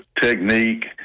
technique